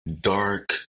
dark